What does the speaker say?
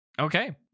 Okay